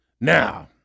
Now